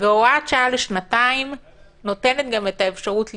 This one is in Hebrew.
והוראת שעה לשנתיים נותנת גם את האפשרות לבחון.